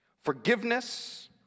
Forgiveness